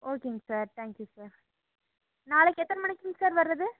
ஓகேங்க sir thank you sir நாளைக்கு எத்தனை மணிக்குங் சார் வர்றது